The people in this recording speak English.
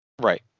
Right